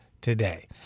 today